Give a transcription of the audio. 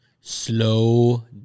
Slow